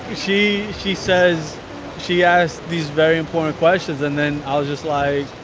she she says she asks these very important questions. and then i'll just like